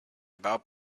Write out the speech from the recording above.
about